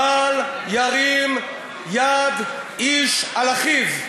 בל ירים יד איש על אחיו.